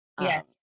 yes